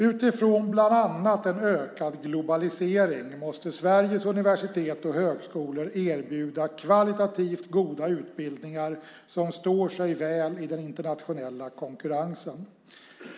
Utifrån bland annat en ökad globalisering måste Sveriges universitet och högskolor erbjuda kvalitativt goda utbildningar som står sig väl i den internationella konkurrensen.